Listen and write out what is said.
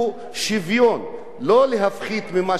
לא להפחית ממה שיש לסטודנטים הישראלים,